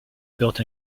built